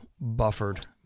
buffered